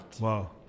Wow